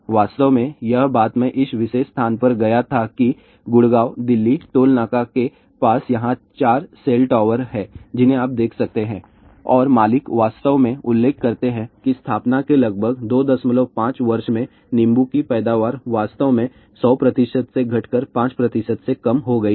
वास्तव में यह बात मैं इस विशेष स्थान पर गया था कि गुड़गांव दिल्ली टोल नाका के पास यहां 4 सेल टॉवर हैं जिन्हें आप देख सकते हैं और मालिक वास्तव में उल्लेख करते हैं कि स्थापना के लगभग 25 वर्ष में नींबू की पैदावार वास्तव में 100 से घटकर 5 से कम हो गई है